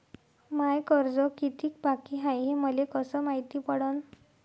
माय कर्ज कितीक बाकी हाय, हे मले कस मायती पडन?